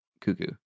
cuckoo